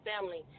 family